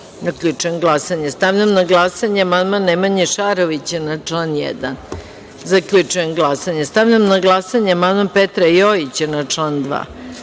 1.Zaključujem glasanje. Stavljam na glasanje amandman Nemanje Šarovića na član 1.Zaključujem glasanje. Stavljam na glasanje amandman Petra Jojića na član